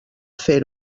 fer